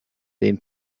den